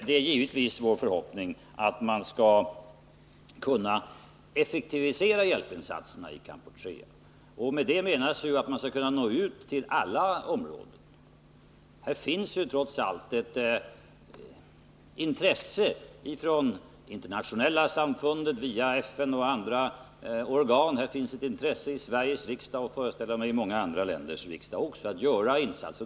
Det är givetvis vår förhoppning att man skall kunna effektivisera hjälpinsatserna i Kampuchea. Med det menas att man skall kunna nå ut till alla områden. Härför finns det trots allt ett intresse från internationella samfund, FN och andra organ. Det finns ett intresse i Sveriges riksdag och, föreställer jag mig, i många andra länders parlament också, för att göra insatser.